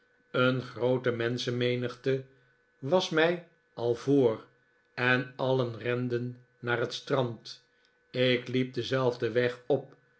een groote menschenmenigte was mij al voor en alien renden naar het strand ik liep denzelfden weg op